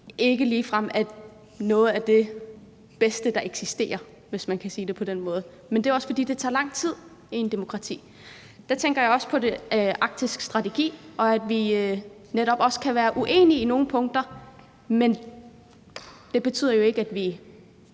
ikke ligefrem er noget af det bedste, der eksisterer, hvis man kan sige det på den måde. Men det er jo også, fordi det tager lang tid i et demokrati. Der tænker jeg også på den arktiske strategi, og at vi netop også kan være uenige i nogle punkter. Men det betyder jo ikke, at vi